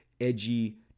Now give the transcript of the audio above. edgy